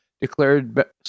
declared